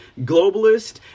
Globalist